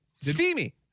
steamy